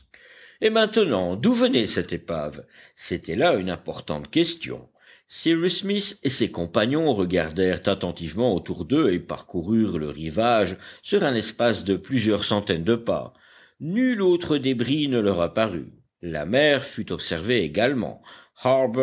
et maintenant d'où venait cette épave c'était là une importante question cyrus smith et ses compagnons regardèrent attentivement autour d'eux et parcoururent le rivage sur un espace de plusieurs centaines de pas nul autre débris ne leur apparut la mer fut observée également